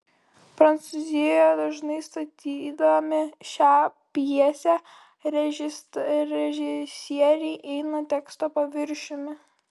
prancūzijoje dažnai statydami šią pjesę režisieriai eina teksto paviršiumi